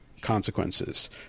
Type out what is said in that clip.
consequences